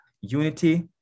Unity